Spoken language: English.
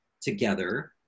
together